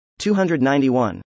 291